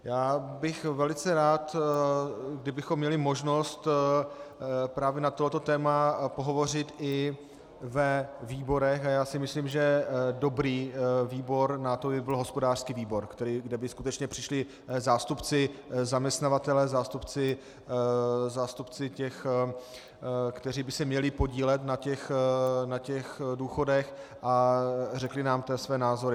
Já bych velice rád, kdybychom měli možnost právě na toto téma pohovořit i ve výborech, a myslím, že dobrý výbor na to by byl hospodářský výbor, kde by skutečně přišli zástupci zaměstnavatele, zástupci těch, kteří by se měli podílet na těch důchodech, a řekli nám tam své názory.